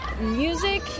music